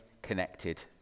Connected